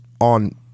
on